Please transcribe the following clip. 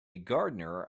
gardener